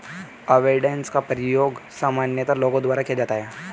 avoidance का प्रयोग सामान्यतः लोगों द्वारा किया जाता है